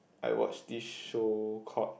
I watched this show called